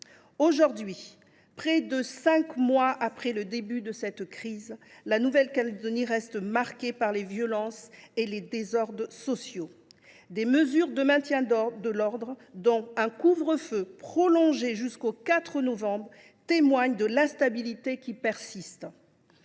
Aujourd’hui, près de cinq mois après le début de cette crise, la Nouvelle Calédonie reste marquée par les violences et les désordres sociaux. Des mesures de maintien de l’ordre, dont un couvre feu prolongé jusqu’au 4 novembre, témoignent de l’instabilité qui persiste.